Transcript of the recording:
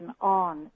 on